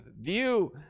view